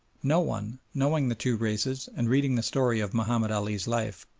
no one, knowing the two races and reading the story of mahomed ali's life,